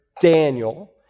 Daniel